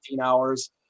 hours